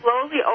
slowly